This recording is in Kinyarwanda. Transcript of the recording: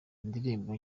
indirimbo